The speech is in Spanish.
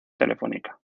telefónica